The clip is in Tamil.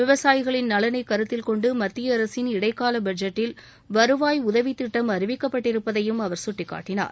விவசாயிகளின் நலனை கருத்தில் கொண்டு மத்திய அரசின் இடைக்கால பட்ஜெட்டில் வருவாய் உதவித் திட்டம் அறிவிக்கப்பட்டிருப்பதையும் அவர் சுட்டிக்காட்டினார்